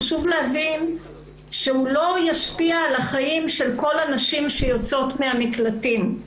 חשוב להבין שהוא לא ישפיע על החיים של כל הנשים שיוצאות מהמקלטים.